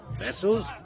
vessels